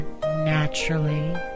naturally